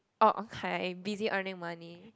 oh okay busy earning money